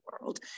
World